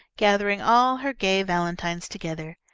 gathering all her gay valentines together,